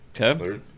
Okay